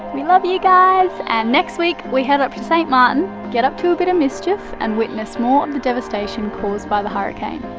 we love you guys. and next week, we head up to st. martin, get up to a bit of mischief, and witness more of and the devastation caused by the hurricane.